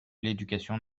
l’éducation